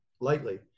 lightly